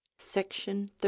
Section